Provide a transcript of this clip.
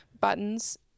buttons